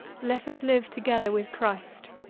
let us live together with christ.